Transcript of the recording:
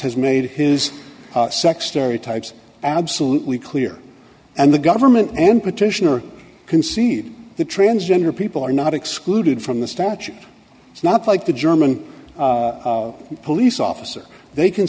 has made his sex stereotypes absolutely clear and the government and petitioner concede the transgender people are not excluded from the statute it's not like the german police officer they can